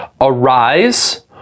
Arise